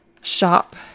shop